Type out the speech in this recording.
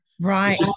Right